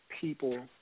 people